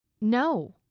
No